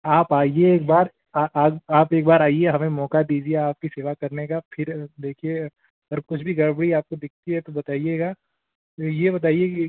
आप आइए एक बार आप एक बार आइए हमें मौका दीजिए आपकी सेवा करने का फिर देखिए अगर कुछ भी गड़बड़ी आपको दिखती है तो बताइएगा तो ये बताइए कि